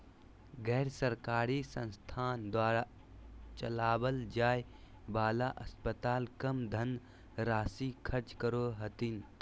गैर सरकारी संस्थान द्वारा चलावल जाय वाला अस्पताल कम धन राशी खर्च करो हथिन